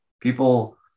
people